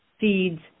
seeds